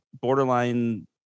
borderline